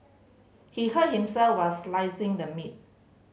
he hurt himself while slicing the meat